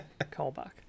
Callback